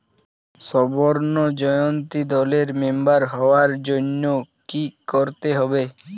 স্বর্ণ জয়ন্তী দলের মেম্বার হওয়ার জন্য কি করতে হবে?